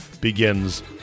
begins